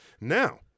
Now